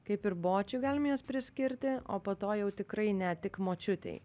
kaip ir bočiui galim juos priskirti o po to jau tikrai ne tik močiutei